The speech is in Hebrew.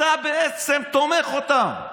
אתה בעצם תומך בהם,